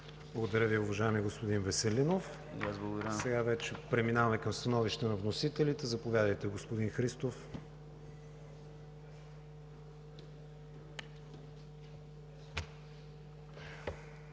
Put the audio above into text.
Благодаря Ви, уважаеми господин Веселинов. Преминаваме към становище на вносителите. Заповядайте, господин Христов.